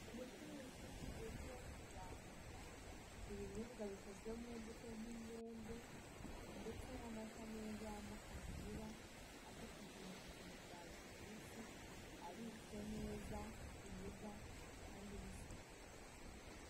Umucuruzi n'umuguzi bari kuganira, ibinyobwa bikozwe mu mbuto nk'imyembe ndetse n'amata meza ya Mukamira adufasha mu buzima bwa buri munsi, abitswe neza heza kandi h'isuku.